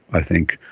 i think,